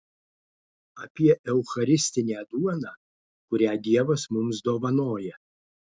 apie eucharistinę duoną kurią dievas mums dovanoja